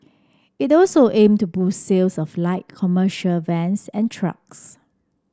it also aim to boost sales of light commercial vans and trucks